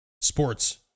Sports